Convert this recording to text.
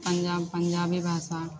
पञ्जाब पञ्जाबी भाषा